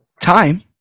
time